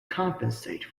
compensate